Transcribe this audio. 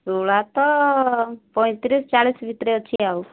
ତୁଳା ତ ପଇଁତିରିଶ ଚାଳିଶ ଭିତରେ ଅଛି ଆଉ